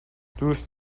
دوست